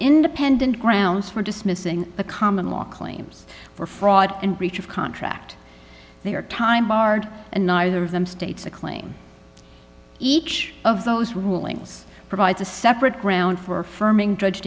independent grounds for dismissing the common law claims for fraud and breach of contract they are time barred and neither of them states a claim each of those rulings provides a separate ground for firming drudge